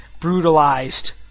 brutalized